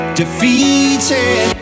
defeated